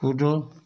कूदो